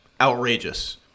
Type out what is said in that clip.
outrageous